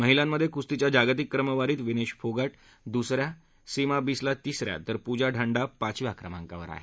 महिलांमध्ये कुस्तीच्या जागतिक क्रमवारीत विनेश फोगाट दुसऱ्या सीमा बिस्ला तिसऱ्या तर पुजा ढांडा पाचव्या क्रमांकावर आहे